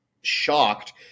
shocked